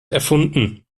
erfunden